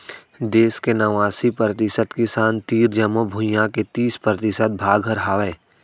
देस के नवासी परतिसत किसान तीर जमो भुइयां के तीस परतिसत भाग हर हावय